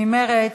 ממרצ,